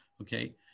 okay